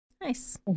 Nice